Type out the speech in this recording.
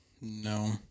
no